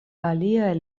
aliaj